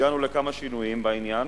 והגענו לכמה שינויים בעניין,